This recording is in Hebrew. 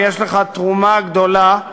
ויש לך תרומה גדולה.